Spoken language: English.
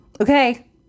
Okay